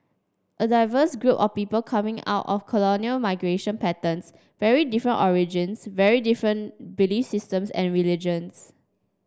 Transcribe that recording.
a diverse group of people coming out of colonial migration patterns very different origins very different belief systems and religions